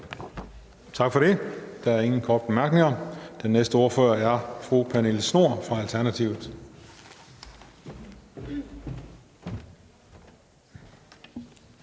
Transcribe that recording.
Tak for det. Der er ingen korte bemærkninger. Den næste ordfører er fru Pernille Schnoor fra Alternativet.